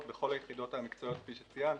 בכל היחידות המקצועיות כפי שציינת,